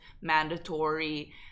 mandatory